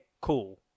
cool